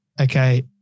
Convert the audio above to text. okay